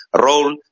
role